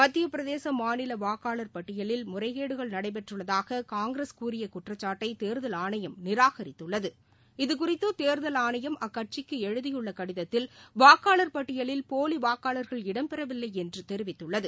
மத்தியப்பிரதேச மாநில வாக்காளர் பட்டியலில் முறைகேடுகள் நடைபெற்றுள்ளதாக காங்கிரஸ் கூறிய குற்றச்சாட்டை தேர்தல் ஆணையம் நிராகரித்துள்ளது இதுகுறித்து தேர்தல் ஆணையம் அக்கட்சிக்கு எழுதியுள்ள கடிதத்தில் வாக்காளர் பட்டியலில் போலி வாக்காளர்கள் இடம் பெறவில்லை என்று தெரிவித்துள்ளது